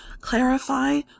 clarify